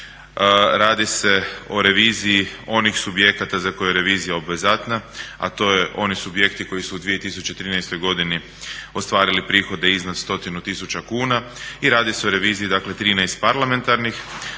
radi se reviziji onih subjekata za koje je revizija obvezatna a to su oni subjekti koji su 2013. godini ostvarili prihode iznad 100 tisuća kuna i radi se o reviziji dakle 13 parlamentarnih,